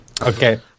Okay